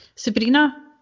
Sabrina